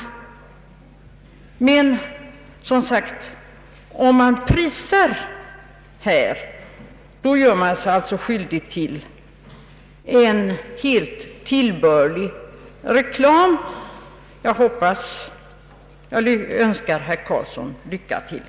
Men om man prisar, är det tydligen fråga om en helt tillbörlig reklam. Jag önskar herr Karlsson lycka till!